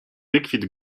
wykwit